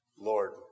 Lord